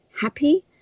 happy